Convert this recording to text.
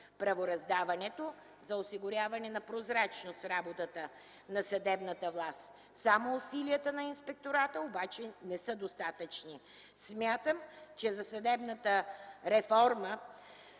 правораздаването, за осигуряване на прозрачност в работата на съдебната власт. Само усилията на Инспектората обаче не са достатъчни. Смятам, че за съдебната реформа,